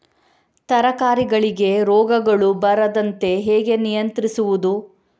ತರಕಾರಿಗಳಿಗೆ ರೋಗಗಳು ಬರದಂತೆ ಹೇಗೆ ನಿಯಂತ್ರಿಸುವುದು?